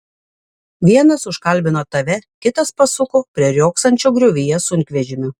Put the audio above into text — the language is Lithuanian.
vienas užkalbino tave kitas pasuko prie riogsančio griovyje sunkvežimio